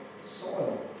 soil